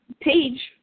Page